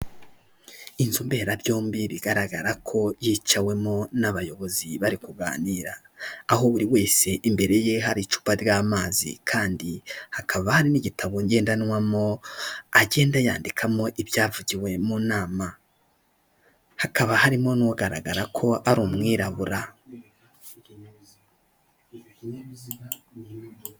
Inzu mberabyombi bigaragara ko yicawemo n'abayobozi bari kuganira, aho buri wese imbere ye hari icupa ry'amazi kandi hakaba hari n'igitabo ngendanwamo agenda yandikamo ibyavugiwe mu nama, hakaba harimo n'ugaragara ko ari umwirabura.